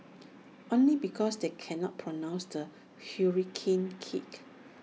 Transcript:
only because they cannot pronounce the hurricane kick